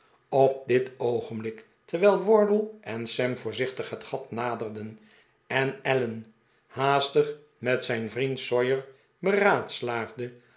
op dit oogenblik terwijl wardle en sam voorzichtig het gat naderden en allen haastig met zijn vriend sawyer beraadslaagde